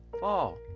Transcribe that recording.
Fall